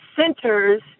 centers